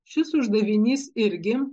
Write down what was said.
šis uždavinys irgi